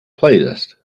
playlist